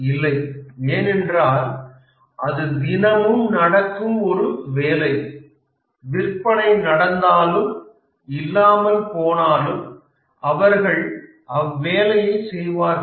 இல்லை ஏனென்றால் அது தினமும் நடக்கும் ஒரு வேலை விற்பனை நடந்தாலும் இல்லாமல் போனாலும் அவர்கள் அவ்வேலையை செய்வார்கள்